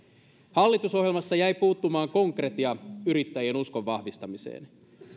hallitusohjelmasta jäi puuttumaan konkretia yrittäjien uskon vahvistamisessa